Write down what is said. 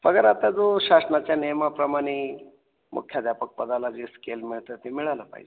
पगार आता जो शासनाच्या नियमाप्रमाणे मुख्यध्यापक पदाला जे स्केल मिळतं ते मिळायला पाहिजे